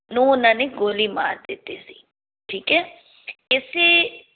ਨੂੰ ਉਹਨਾਂ ਨੇ ਗੋਲੀ ਮਾਰ ਦਿੱਤੀ ਸੀ ਠੀਕ ਹੈ ਇਸ